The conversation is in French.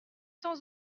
sans